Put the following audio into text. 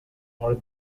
more